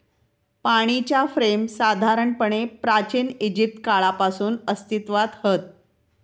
पाणीच्या फ्रेम साधारणपणे प्राचिन इजिप्त काळापासून अस्तित्त्वात हत